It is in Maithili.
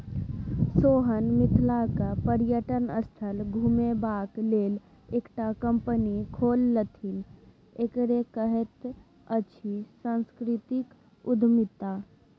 सोहन मिथिलाक पर्यटन स्थल घुमेबाक लेल एकटा कंपनी खोललथि एकरे कहैत अछि सांस्कृतिक उद्यमिता